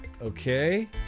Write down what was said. Okay